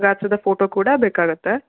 ವ್ಯಾಸದ ಫೋಟೋ ಕೂಡ ಬೇಕಾಗುತ್ತೆ